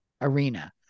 arena